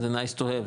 זה נייס טו הב,